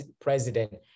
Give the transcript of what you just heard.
president